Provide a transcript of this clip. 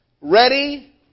Ready